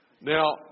Now